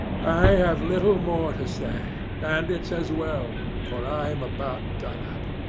i have little more to say, and it's as well, for i am about done up.